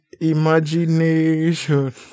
Imagination